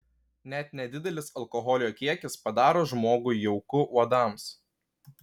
net nedidelis alkoholio kiekis padaro žmogų jauku uodams